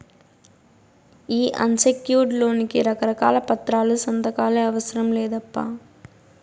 ఈ unsecured loan కి రకారకాల పత్రాలు, సంతకాలే అవసరం లేదప్పా